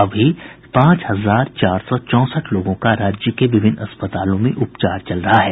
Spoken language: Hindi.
अभी पांच हजार चार सौ चौंसठ लोगों का राज्य के विभिन्न अस्पतालों में उपचार चल रहा हैं